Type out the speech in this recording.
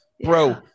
Bro